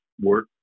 work